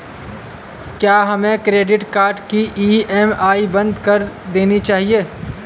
क्या हमें credit card की ई.एम.आई बंद कर देनी चाहिए?